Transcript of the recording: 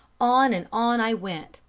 on and on i went,